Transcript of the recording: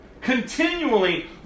continually